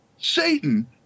Satan